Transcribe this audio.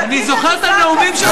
אני זוכר את הנאומים שלך,